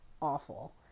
awful